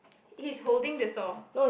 he's holding the saw